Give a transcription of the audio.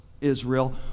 Israel